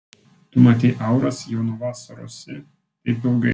tu matei auras jau nuo vasarosi taip ilgai